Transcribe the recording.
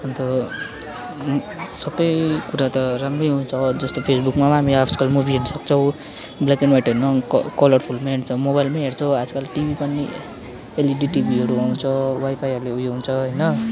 अन्त सबै कुरा त राम्रै हुन्छ जस्तो फेसबुकमाम हामी आजकल मुभी हेर्न सक्छौँ ब्ल्याक एन्ड वाइट होइन क कलरफुलमा हेर्छ मोबाइलमा हेर्छौँ आजकल टिभी पनि एलइडी टिभीहरू आउँछ वाइफाईहरूले उयो हुन्छ हैन